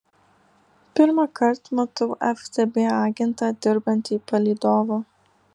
pirmąkart matau ftb agentą dirbantį palydovu